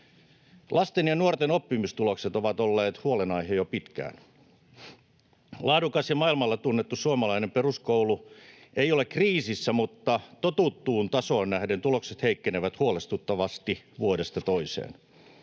Lasten ja nuorten oppimistulokset ovat olleet huolenaihe jo pitkään. Laadukas ja maailmalla tunnettu suomalainen peruskoulu ei ole kriisissä, mutta totuttuun tasoon nähden tulokset heikkenevät huolestuttavasti vuodesta toiseen.